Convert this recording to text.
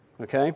Okay